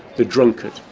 the drunkard.